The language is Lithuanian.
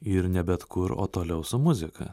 ir ne bet kur o toliau su muzika